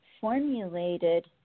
formulated